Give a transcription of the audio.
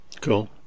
Cool